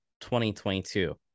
2022